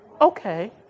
okay